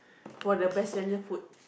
for the best seller food